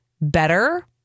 better